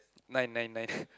nine nine nine